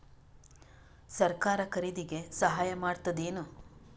ಸರಕಾರ ಖರೀದಿಗೆ ಸಹಾಯ ಮಾಡ್ತದೇನು?